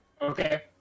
okay